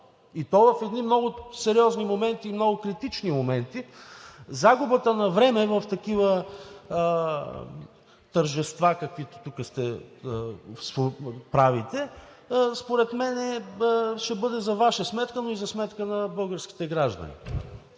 и то в едни много сериозни и много критични моменти. Загубата на време в такива тържества, каквито тук правите, според мен ще бъде за Ваша сметка, но и за сметка на българските граждани.